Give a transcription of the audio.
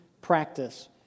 practice